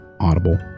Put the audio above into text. Audible